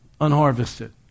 unharvested